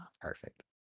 perfect